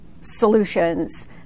solutions